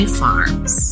farms